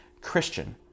Christian